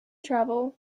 travel